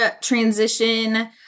transition